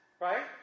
Right